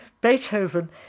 Beethoven